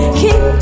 keep